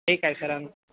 ठीक आहे सर